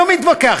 אני לא מתווכח.